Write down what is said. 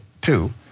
two